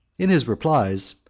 in his replies,